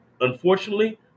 unfortunately